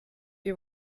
you